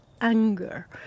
anger